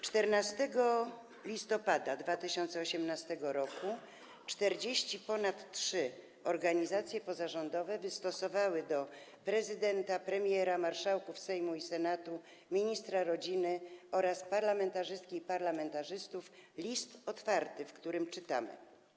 14 listopada 2018 r. ponad 43 organizacje pozarządowe wystosowały do prezydenta, premiera, marszałków Sejmu i Senatu, ministra rodziny oraz parlamentarzystek i parlamentarzystów list otwarty, w którym czytamy: